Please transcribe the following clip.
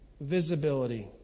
visibility